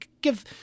give